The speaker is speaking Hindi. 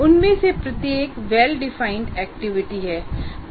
उनमें से प्रत्येक वेल डिफाइंड एक्टिवी है